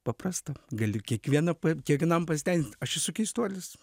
paprasta gali kiekviena pa kiekvienam pasiteisint esu keistuolis